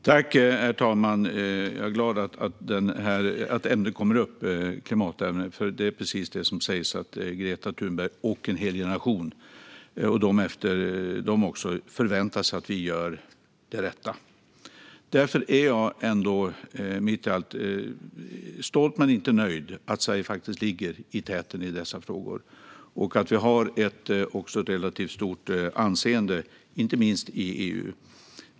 Herr talman! Jag är glad att ämnet klimat kommer upp. Det är precis som det sägs. Greta Thunberg och en hel generation och också de efter förväntar sig att vi gör det rätta. Därför är jag ändå stolt, men inte nöjd, över att Sverige ligger i täten i dessa frågor. Vi har ett relativt stort anseende inte minst i EU.